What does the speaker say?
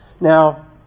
Now